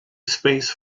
space